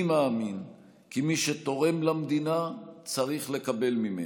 אני מאמין כי מי שתורם למדינה צריך לקבל ממנה.